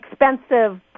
expensive